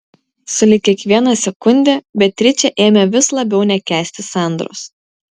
sulig kiekviena sekunde beatričė ėmė vis labiau nekęsti sandros